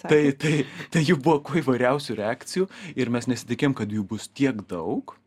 tai tai tai jų buvo kuo įvairiausių reakcijų ir mes nesitikėjom kad jų bus tiek daug